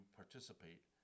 participate